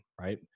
right